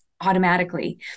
automatically